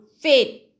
faith